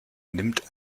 nimmt